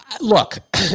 Look